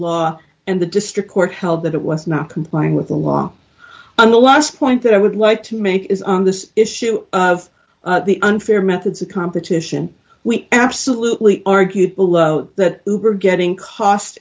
law and the district court held that it was not complying with the law and the last point that i would like to make is on the issue of the unfair methods of competition we absolutely argued that hooper getting cost